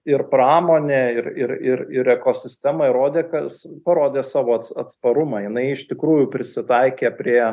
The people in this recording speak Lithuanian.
ir pramonė ir ir ir ir ekosistema rodė kas parodė savo atsparumą jinai iš tikrųjų prisitaikė prie